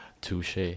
Touche